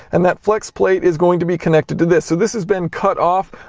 and that flex plate is going to be connected to this. so this has been cut off,